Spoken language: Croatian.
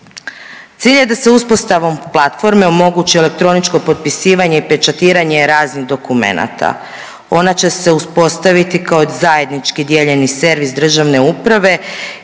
Cilj je da se uspostavom ove platforme omogući elektroničko potpisivanje i pečatiranje raznih dokumenata. Ova platforma uspostavit će se kao zajednički dijeljeni servis državne uprave.